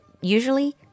usually